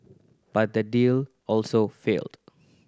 but that deal also failed